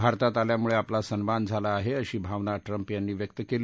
भारतात आल्यामुळे आपला सन्मान झाला आहे अशी भावना ट्रंप यांनी व्यक्त केली